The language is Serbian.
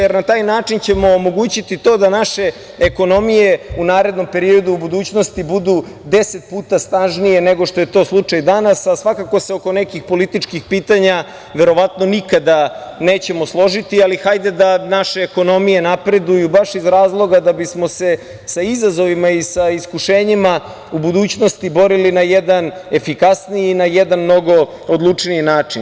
Na taj način ćemo omogućiti to da naše ekonomije u narednom periodu, u budućnosti budu 10 puta snažnije, nego što je to slučaj danas, a svakako se oko nekih političkih pitanja verovatno nikada nećemo složiti, ali hajde da naše ekonomije napreduju, baš iz razloga da bismo se sa izazovima i sa iskušenjima u budućnosti borili na jedan efikasniji i na jedan mnogo odlučniji način.